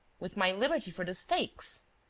with my liberty for the stakes!